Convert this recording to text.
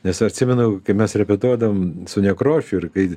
nes atsimenu kai mes repetuodavom su nekrošiu ir kai